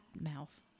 mouth